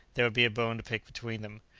there would be a bone to pick between them.